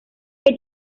que